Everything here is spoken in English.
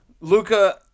Luca